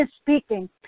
speaking